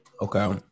Okay